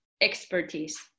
expertise